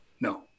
no